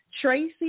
Tracy